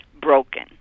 broken